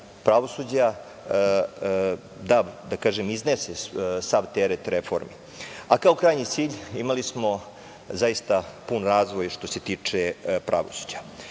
pravosuđa iznese sav teret reformi. Kao krajnji cilj imali smo zaista pun razvoj što se tiče pravosuđa. Mogu